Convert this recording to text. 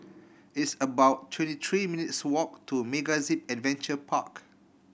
it's about twenty three minutes' walk to MegaZip Adventure Park